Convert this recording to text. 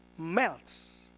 melts